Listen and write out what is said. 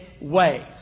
ways